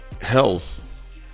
Health